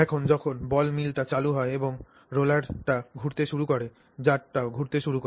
এখন যখন বল মিলটি চালু হয় এবং রোলারটি ঘুরতে শুরু করে জারটিও ঘুরতে শুরু করে